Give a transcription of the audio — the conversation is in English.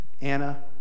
Anna